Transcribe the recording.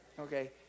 Okay